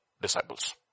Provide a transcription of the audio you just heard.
disciples